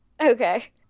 Okay